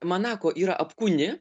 manako yra apkūni